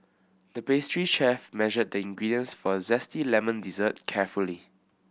the pastry chef measured the ingredients for a zesty lemon dessert carefully